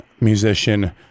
musician